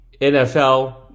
NFL